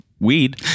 weed